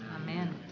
Amen